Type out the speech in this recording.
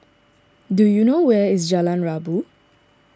do you know where is Jalan Rabu